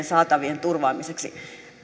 saatavien turvaamiseksi